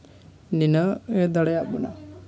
ᱵᱮᱱᱟᱣ ᱮ ᱫᱟᱲᱮᱭᱟᱜ ᱠᱟᱱᱟ